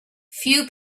few